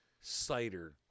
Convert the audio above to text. cider